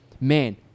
Man